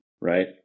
right